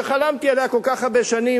שחלמתי עליה כל כך הרבה שנים,